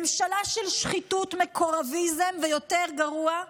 ממשלה של שחיתות, מקורביזם, ויותר גרוע.